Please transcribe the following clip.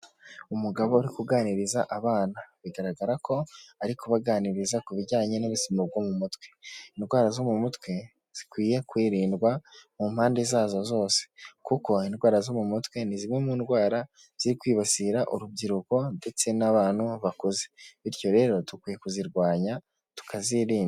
Umugabo uri kuganiriza abana, bigaragara ko ari kubaganiriza ku bijyanye n'ubuzima bwo mu mutwe, indwara zo mu mutwe zikwiye kwirindwa mu mpande zazo zose, kuko indwara zo mu mutwe ni zimwe mu ndwara ziri kwibasira urubyiruko ndetse n'abantu bakuze bityo rero dukwiye kuzirwanya tukazirinda.